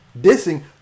dissing